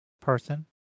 person